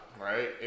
right